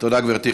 תודה, גברתי.